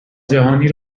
جهانی